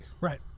Right